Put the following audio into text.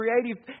creative